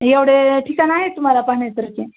एवढे ठिकाण आहे तुम्हाला पाहण्यासारखे